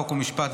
חוק ומשפט,